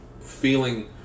feeling